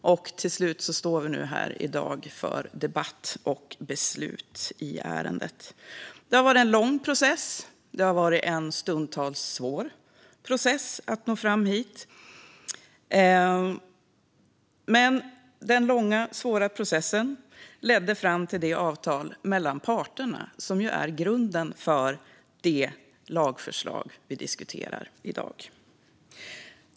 Till slut står vi nu här i dag för debatt och beslut i ärendet. Det har varit en lång och stundtals svår process att nå fram hit. Men den långa, svåra processen ledde fram till det avtal mellan parterna som ju är grunden för det lagförslag vi diskuterar i dag.